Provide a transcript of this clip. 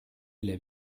eile